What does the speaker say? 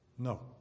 No